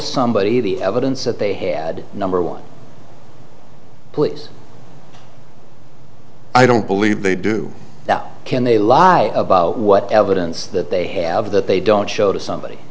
somebody the evidence that they had number one police i don't believe they do that can they lie about what evidence that they have that they don't show to somebody